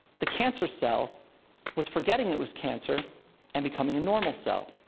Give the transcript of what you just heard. the cancer cell was forgetting it was cancer and becoming a normal cell.